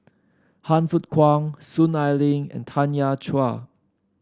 Han Fook Kwang Soon Ai Ling and Tanya Chua